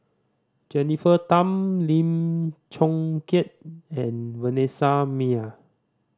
Jennifer Tham Lim Chong Keat and Vanessa Mae